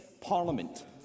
Parliament